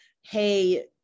hey